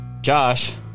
Josh